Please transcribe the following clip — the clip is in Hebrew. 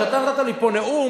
כשאתה נתת לי פה נאום